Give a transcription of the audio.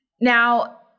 Now